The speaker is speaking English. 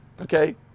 Okay